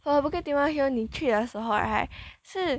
uh bukit timah hill 你去的时候 right 是